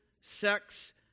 sex